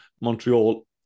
Montreal